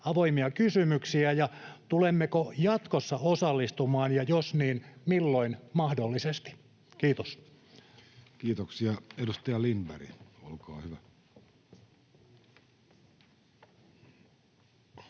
avoimia kysymyksiä? Ja tulemmeko jatkossa osallistumaan, ja jos, niin milloin mahdollisesti? — Kiitos. Kiitoksia. — Edustaja Lindberg, olkaa hyvä.